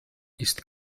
ist